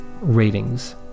Ratings